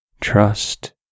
trust